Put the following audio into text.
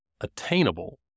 attainable